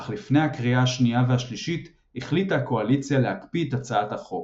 אך לפני הקריאה השנייה והשלישית החליטה הקואליציה להקפיא את הצעת החוק.